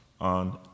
on